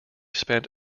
spent